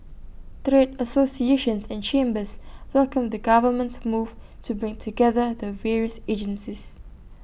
associations and chambers welcomed the government's move to bring together the various agencies